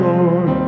Lord